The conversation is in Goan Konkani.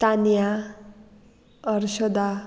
तानिया अर्शदा